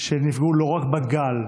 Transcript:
שנפגעו לא רק בגל,